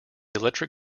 electric